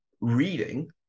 reading